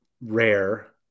rare